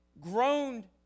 groaned